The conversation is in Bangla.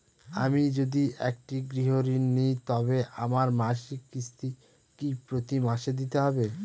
আমি যদি একটি গৃহঋণ নিই তবে আমার মাসিক কিস্তি কি প্রতি মাসে দিতে হবে?